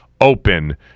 open